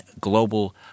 global